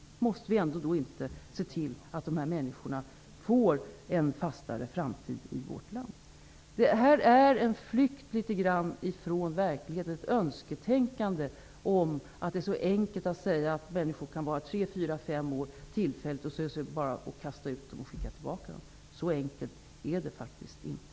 Måste vi ändå inte se till att dessa människor får en fastare framtid i vårt land? Det är något av en flykt från verkligheten och ett önsketänkande att säga att människor kan vara här tillfälligt i tre, fyra eller fem år och att vi sedan kan kasta ut dem och skicka tillbaka dem. Så enkelt är det faktiskt inte.